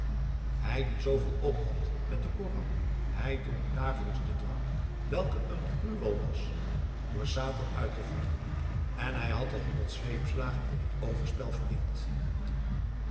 hij die zooveel ophad met den koran hij dronk dagelijks den drank welke een gruwel was door satan uitgevonden en hij had de honderd zweepslagen op het overspel verdiend